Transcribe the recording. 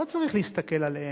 לא צריך להסתכל עליהם,